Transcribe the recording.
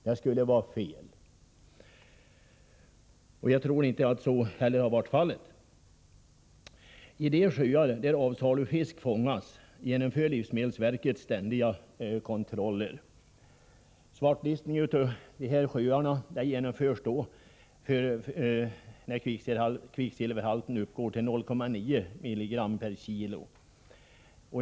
Det skulle vara fel, och jag tror inte heller att så har skett. I de sjöar där avsalufisk fångas genomför livsmedelsverket ständiga kontroller. Svartlistning av sådana sjöar sker när kvicksilverhalten uppgår till 0,9 mg/kg.